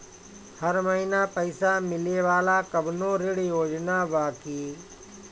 हर महीना पइसा मिले वाला कवनो ऋण योजना बा की?